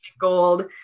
gold